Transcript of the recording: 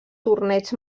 torneig